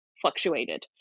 fluctuated